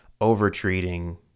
overtreating